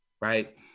right